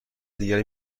دیگری